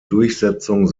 durchsetzung